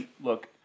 look